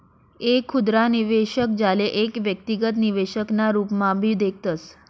एक खुदरा निवेशक, ज्याले एक व्यक्तिगत निवेशक ना रूपम्हाभी देखतस